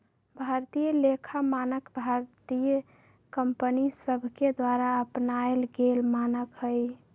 भारतीय लेखा मानक भारतीय कंपनि सभके द्वारा अपनाएल गेल मानक हइ